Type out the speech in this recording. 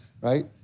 right